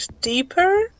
deeper